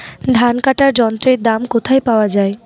ধান কাটার যন্ত্রের দাম কোথায় পাওয়া যায়?